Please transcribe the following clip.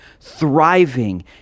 thriving